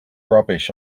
rubbish